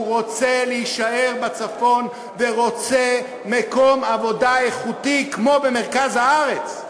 הוא רוצה להישאר בצפון ורוצה מקום עבודה איכותי כמו במרכז הארץ.